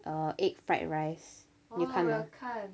uh egg fried rice 你有看吗